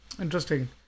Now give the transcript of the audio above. interesting